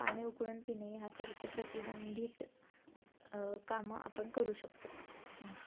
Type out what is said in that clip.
पाणी उकळून पिणे ह्यासारखे प्रतिबंधित कामं आपण करू शकतो थँक्यू